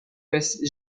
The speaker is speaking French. passe